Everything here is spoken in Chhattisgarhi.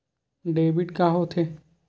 डेबिट का होथे?